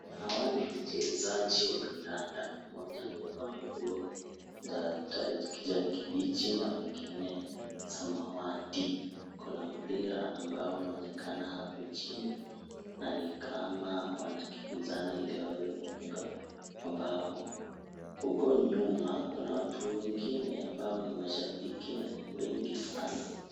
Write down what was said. Hawa ni wachezaji wa kandanda mmoja amevaa nguo za kijani kibichi na mwingine samawati , kuna mpira ambao unaonekana hapo chini na ni kama wanakimbizana ili waweze kufunga mabao . Huko nyuma kuna watu wengine ambao ni mashabiki ambao ni wengi sana.